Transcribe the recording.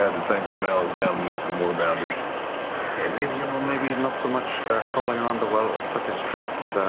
ah the same smell as down beneath the moorbounders. liam okay, maybe you know maybe not so much crawling around the well or circus tricks.